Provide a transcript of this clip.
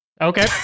Okay